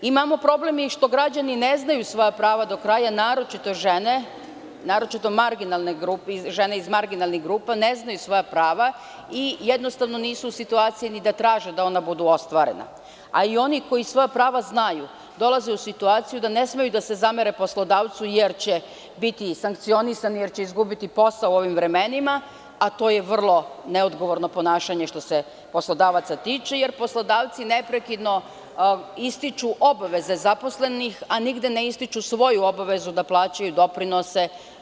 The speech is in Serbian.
Imamo problem i što građani ne znaju svoja prava do kraja, naročito žene, naročito marginalne grupe i žene iz marginalnih grupa ne znaju svoja prava i jednostavno nisu u situaciji ni da traže da ona budu ostvarena, a i oni koji svoja prava znaju, dolaze u situaciju da ne smeju da se zamere poslodavcu, jer će biti sankcionisani, jer će izgubiti posao u ovim vremenima, a to je vrlo neodgovorno ponašanje što se poslodavaca tiče, jer poslodavci neprekidno ističu obaveze zaposlenih, a nigde ne ističu svoju obavezu da plaćaju doprinose.